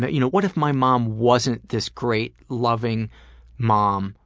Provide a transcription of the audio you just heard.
but you know, what if my mom wasn't this great loving mom?